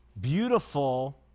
beautiful